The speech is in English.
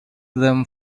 them